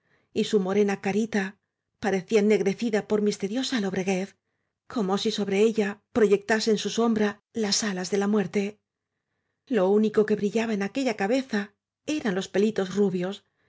y su morena carita parecía ennegrecida por misteriosa lobreguez como si sobre ella pro yectasen su sombra las alas de la muerte lo único que brillaba en aquella cabeza eran los pelitos rubios